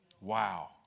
Wow